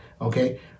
okay